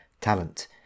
talent